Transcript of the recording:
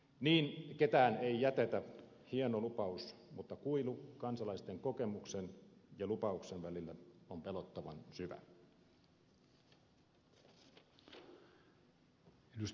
niin ketään ei jätetä hieno lupaus mutta kuilu kansalaisten kokemuksen ja lupauksen välillä on pelottavan syvä